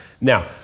Now